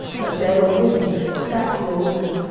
but dead or living, statue or woman,